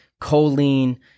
choline